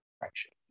direction